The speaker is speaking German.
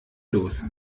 los